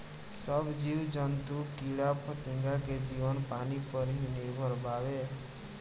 सब जीव जंतु कीड़ा फतिंगा के जीवन पानी पर ही निर्भर बावे